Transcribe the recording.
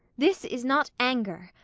this is not anger,